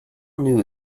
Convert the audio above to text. knew